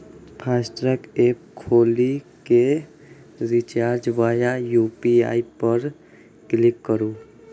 FASTag app खोलि कें recharge via UPI पर क्लिक करू